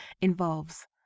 involves